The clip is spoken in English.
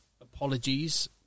apologies